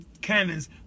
Cannon's